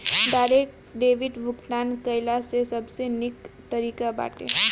direct debit भुगतान कइला से सबसे निक तरीका बाटे